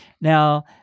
Now